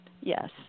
yes